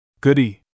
Goody